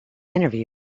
interview